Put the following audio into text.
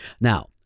Now